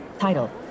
title